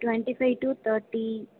twenty five to thirty